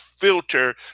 filter